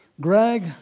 Greg